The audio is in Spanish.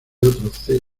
otro